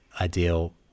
ideal